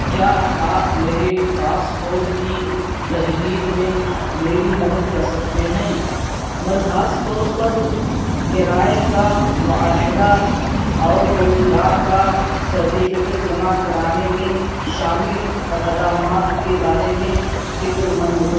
کیا آپ میرے پاسپوٹ کی تجدید میں میری مدد کر سکتے ہیں میں خاص طور پر کرائے کا معاہدہ اور روزگار کا سرٹیفکیٹ جمع کرانے میں شامل اقدامات کے بارے میں فکر مند ہوں